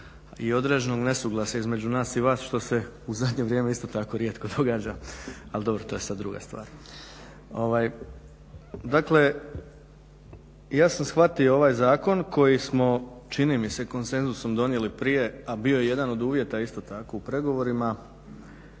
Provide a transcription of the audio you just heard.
i određenog nesuglasja između nas i vas što se u zadnje vrijeme isto tako rijetko događa, ali dobro to je sada druga stvar. Dakle, ja sam shvatio ovaj zakon koji smo čini mi se konsenzusom donijeli prije, a bio je jedan od uvjeta isto tako u pregovorima,